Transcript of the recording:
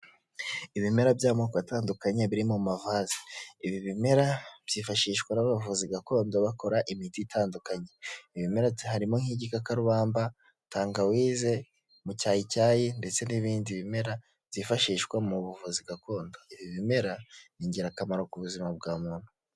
Ibimera by'amoko atandukanye biri mu mavazi, ibi bimera byifashishwa n'abavuzi gakondo bakora imiti itandukanye, ibimera harimo nk'igikakarubamba, tangawize, mu cyayi cyayi ndetse n'ibindi bimera byifashishwa mu buvuzi gakondo, ibi bimera ni ingirakamaro ku buzima bwa muntu.